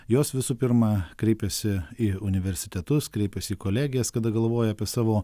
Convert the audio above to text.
jos visų pirma kreipiasi į universitetus kreipiasi į kolegijas kada galvoja apie savo